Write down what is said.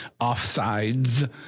offsides